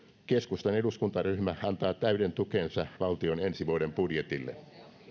keskustan eduskuntaryhmä antaa täyden tukensa valtion ensi vuoden budjetille